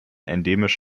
endemisch